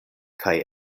kaj